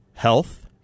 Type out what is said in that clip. Health